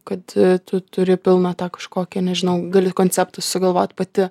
kad tu turi pilną tą kažkokią nežinau gali konceptus sugalvot pati